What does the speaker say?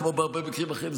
כמו בהרבה מקרים אחרים,